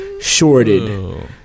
shorted